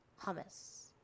hummus